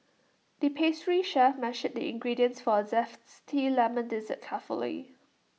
the pastry chef measured the ingredients for A Lemon Dessert carefully